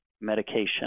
medication